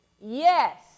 Yes